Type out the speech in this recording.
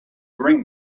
bring